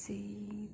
See